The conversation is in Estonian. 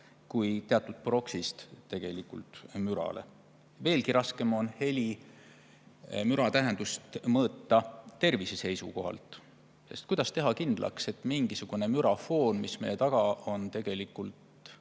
kui teatudproxy'st mürale. Veelgi raskem on müra mõõta tervise seisukohalt, sest kuidas teha kindlaks, et mingisugune mürafoon, mis meie taga on, tegelikult